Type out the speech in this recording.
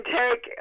take